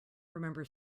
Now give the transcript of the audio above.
remember